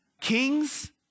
Kings